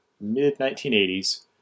mid-1980s